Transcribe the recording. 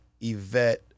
yvette